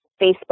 Facebook